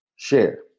Share